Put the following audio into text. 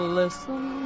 listen